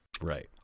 Right